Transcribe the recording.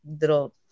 little